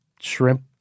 shrimp